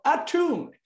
attuned